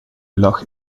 lag